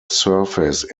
surface